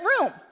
room